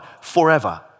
forever